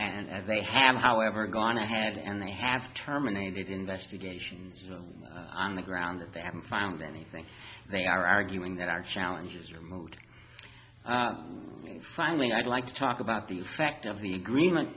and as they have however gone ahead and they have terminated investigations on the grounds that they haven't found anything they are arguing that our challenges are moot when finally i'd like to talk about the effect of the agreement